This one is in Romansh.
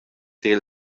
tier